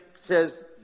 says